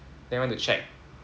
then I went to check